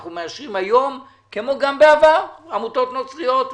אנחנו מאשרים היום כמו גם בעבר עמותות נוצריות ומוסלמיות.